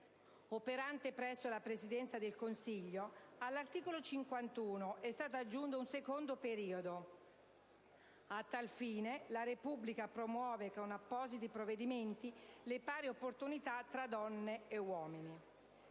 operante presso la Presidenza del Consiglio, all'articolo 51, primo comma, è stato aggiunto un secondo periodo: «A tale fine la Repubblica promuove con appositi provvedimenti le pari opportunità tra donne e uomini».